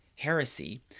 Heresy